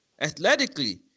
athletically